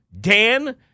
Dan